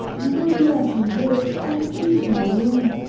you will do as you wish, and achieve my ruin,